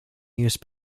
used